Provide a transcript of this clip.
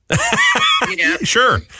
Sure